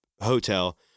hotel